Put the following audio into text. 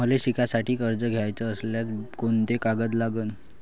मले शिकासाठी कर्ज घ्याचं असल्यास कोंते कागद लागन?